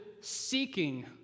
seeking